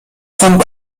von